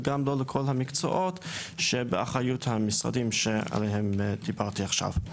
וגם לא לכל המקצועות שבאחריות המשרדים עליהם דיברתי עכשיו.